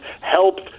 helped